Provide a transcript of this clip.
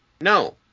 No